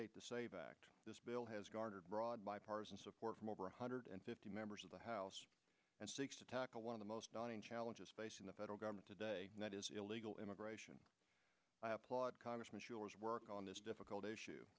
eight the save act this bill has garnered broad bipartisan support from over one hundred fifty members of the house and seeks to tackle one of the most daunting challenges facing the federal government today and that is illegal immigration i applaud congressman shores work on this difficult issue